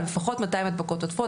אבל לפחות 200 הדבקות עודפות.